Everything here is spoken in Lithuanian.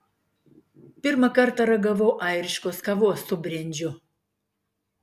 pirmą kartą ragavau airiškos kavos su brendžiu